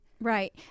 Right